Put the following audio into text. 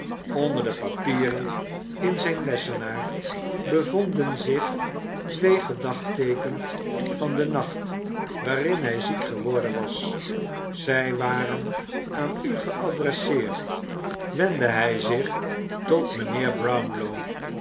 onder de papieren in zijn lessenaar bevonden zich twee gedagteekend van den nacht waarin hij ziek geworden was zij waren aan u geadresseerd wendde hij zich tot mijnheer brownlow